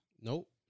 Nope